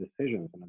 decisions